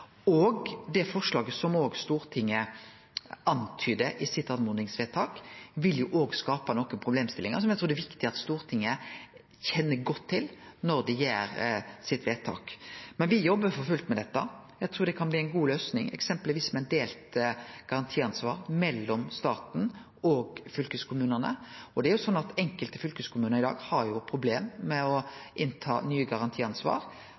Det som Stortinget antyder i sitt oppmodingsvedtak, vil også skape nokre problemstillingar som eg trur det er viktig at Stortinget kjenner godt til når ein gjer eit vedtak. Men me jobbar for fullt med dette. Det kan bli ei god løysing, eksempelvis med eit delt garantiansvar mellom staten og fylkeskommunane. Enkelte fylkeskommunar har i dag problem med å ta nytt garantiansvar. Rogaland er det fylket som ligg høgast, men det er også fordi det har